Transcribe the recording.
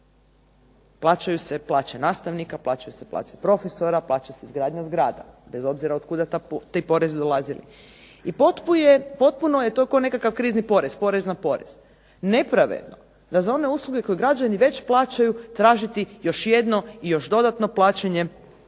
plaćaju se plaće nastavnika, plaćaju se plaće profesora, plaća se izgradnja zgrada bez obzira od kuda ti porezi dolazili. I potpuno je to kao nekakav krizni porez, porez na porez. Nepravedno da za one usluge koje građani već plaćaju tražiti još jedno i još dodatno plaćanje u